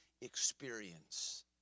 experience